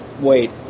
Wait